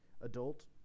adult